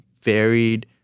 varied